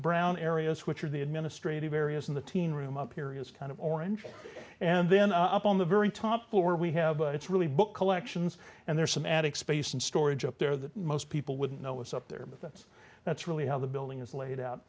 brown areas which are the administrative areas in the teen room up here is kind of orange and then up on the very top floor we have but it's really book collections and there are some attic space in storage up there that most people wouldn't know it's up there but that's that's really how the building is laid out